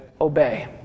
obey